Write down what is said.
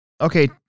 Okay